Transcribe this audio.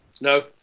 No